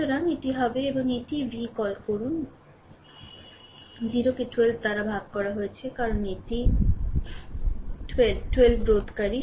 সুতরাং এটি হবে এবং এটিই v কল করুন 0 কে 12 দ্বারা ভাগ করা হয়েছে কারণ এটি 12 12 রোধকারী